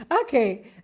Okay